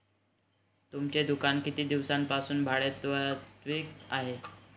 तुमचे दुकान किती दिवसांपासून भाडेतत्त्वावर आहे?